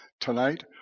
tonight